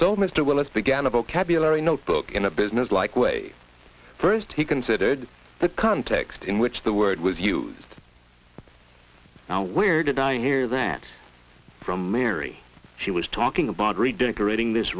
so mr wallace began a vocabulary notebook in a business like way first he considered the context in which the word was used now where did i hear that from mary she was talking about redecorating this